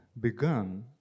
begun